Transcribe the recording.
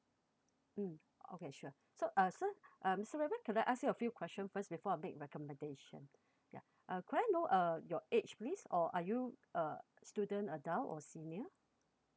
mm okay sure so uh so uh mister raymond could I ask a few question first before I make recommendation ya uh could I know uh your age please or are you a student adult or senior